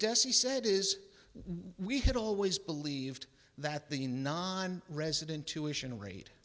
dessie said is we have always believed that the non resident tuition rate